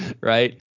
Right